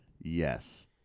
Yes